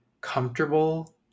comfortable